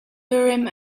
urim